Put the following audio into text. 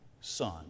Son